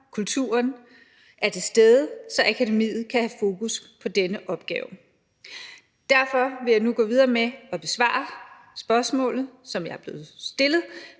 kulturen er til stede, så akademiet kan have fokus på denne opgave. Derfor vil jeg nu gå videre med at besvare spørgsmålet, som jeg er blevet stillet,